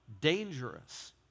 dangerous